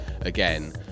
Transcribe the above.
again